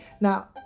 Now